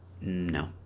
no